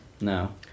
No